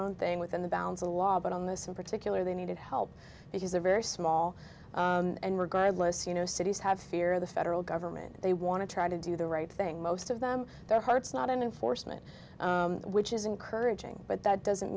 own thing within the bounds of the law but on this in particular they needed help because they're very small and regardless you know cities have fear the federal government they want to try to do the right thing most of them their hearts not enforcement which is encouraging but that doesn't